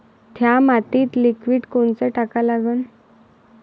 थ्या मातीत लिक्विड कोनचं टाका लागन?